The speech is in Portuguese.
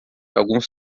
alguns